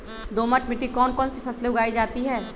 दोमट मिट्टी कौन कौन सी फसलें उगाई जाती है?